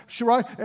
right